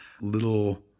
little